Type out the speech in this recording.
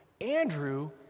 Andrew